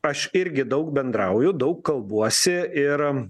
aš irgi daug bendrauju daug kalbuosi ir